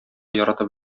яратып